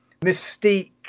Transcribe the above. mystique